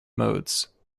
modes